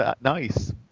nice